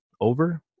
over